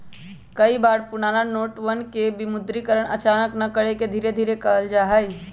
कई बार पुराना नोटवन के विमुद्रीकरण अचानक न करके धीरे धीरे कइल जाहई